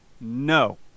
No